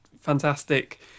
fantastic